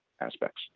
aspects